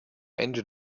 ende